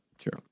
sure